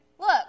look